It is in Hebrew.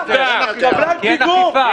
אין אכיפה כי